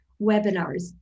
webinars